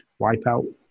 Wipeout